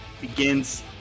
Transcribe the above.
begins